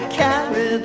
carry